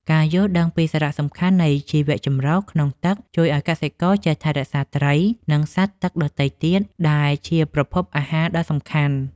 ការយល់ដឹងពីសារៈសំខាន់នៃជីវចម្រុះក្នុងទឹកជួយឱ្យកសិករចេះថែរក្សាត្រី និងសត្វទឹកដទៃទៀតដែលជាប្រភពអាហារដ៏សំខាន់។